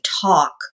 talk